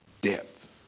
depth